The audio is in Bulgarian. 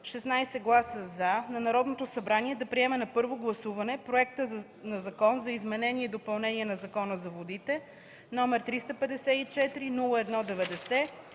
16 гласа „за” на Народното събрание да приеме на първо гласуване проекта на Закон за изменение и допълнение на Закона за водите, № 354-01-90,